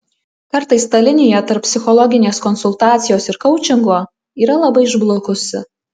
kartais ta linija tarp psichologinės konsultacijos ir koučingo yra labai išblukusi